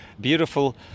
Beautiful